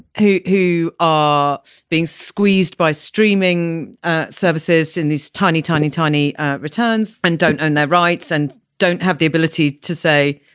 who who are being squeezed by streaming ah services in this tiny, tiny, tiny returns and don't own their rights and don't have the ability to say,